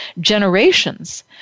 generations